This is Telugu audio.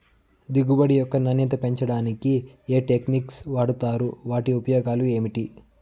దిగుబడి యొక్క నాణ్యత పెంచడానికి ఏ టెక్నిక్స్ వాడుతారు వాటి ఉపయోగాలు ఏమిటి?